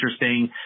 interesting